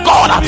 God